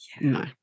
No